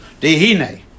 Dehine